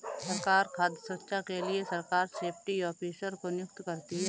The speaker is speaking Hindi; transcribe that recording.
सरकार खाद्य सुरक्षा के लिए सरकार सेफ्टी ऑफिसर को नियुक्त करती है